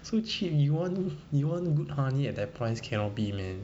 so cheap you want you want good honey at that price cannot be meh